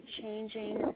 changing